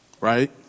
Right